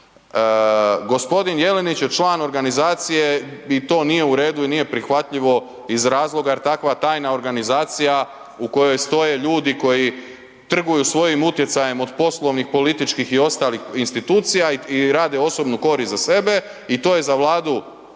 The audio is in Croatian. g. Jelenić je član organizacije i to nije u redu i nije prihvatljivo iz razloga jer takva tajna organizacija u kojoj stoje ljudi koji trguju svojim utjecajem od poslovnih, političkih i ostalih institucija i rade osobnu korist za sebe i to je za Vladu